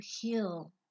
heal